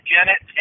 Janet